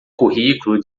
currículo